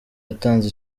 yatanze